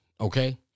Okay